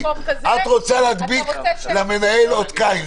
את רוצה להדביק למנהל אות קין.